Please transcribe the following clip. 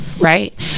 Right